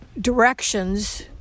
directions